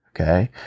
Okay